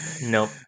Nope